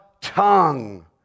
tongue